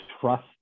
trust